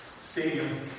stadium